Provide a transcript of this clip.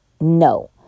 no